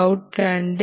Vout 2